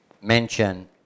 mention